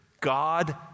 God